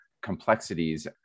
complexities